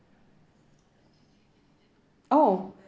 oh